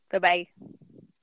Bye-bye